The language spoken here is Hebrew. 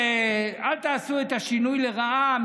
אל תעשו את השינוי לרעה,